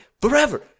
forever